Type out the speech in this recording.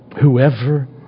Whoever